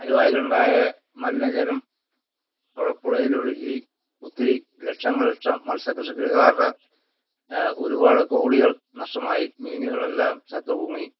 ആലുവായിലുണ്ടായ മലിന ജലം അവിടെ പുഴയിലൊഴുകി ഒത്തിരി ലക്ഷങ്ങൾ ലക്ഷം മത്സ്യകൃഷിക്ക് കാരുടെ ഒരുപാട് കോടികൾ നഷ്ടമായി മീനുകളെല്ലാം ചത്തു പൊങ്ങി